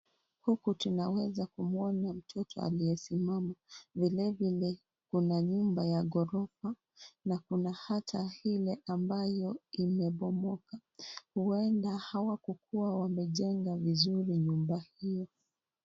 Huku tunaweza kumwona mtoto aliyesimama, vilevile kuna nyumba ya ghorofa na kuna hata ile ambayo imebomoka, huenda hawakukua wamejenga vizuri nyumba hiyo.